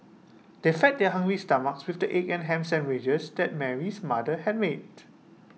they fed their hungry stomachs with the egg and Ham Sandwiches that Mary's mother had made